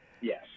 yes